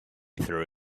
threw